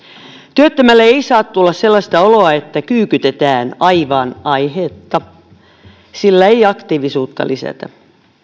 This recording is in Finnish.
työttömälle ei saa tulla sellaista oloa että kyykytetään aivan aiheetta sillä ei aktiivisuutta lisätä